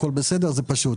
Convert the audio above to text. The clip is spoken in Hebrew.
הכול בסדר וזה פשוט.